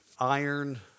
iron